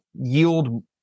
yield